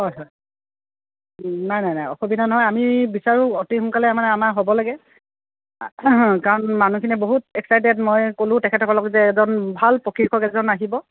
হয় হয় নাই নাই নাই অসুবিধা নহয় আমি বিচাৰোঁ অতি সোনকালে মানে আমাৰ হ'ব লাগে কাৰণ মানুহখিনিয়ে বহুত এক্সাইটেড মই ক'লোঁ তেখেতসকলক যে এজন ভাল প্ৰশিক্ষক এজন আহিব